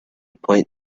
point